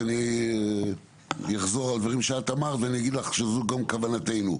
אני אחזור על הדברים שאמרת ואגיד לך שזו גם כוונתנו.